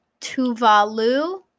Tuvalu